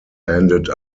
ended